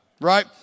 right